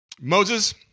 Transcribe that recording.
Moses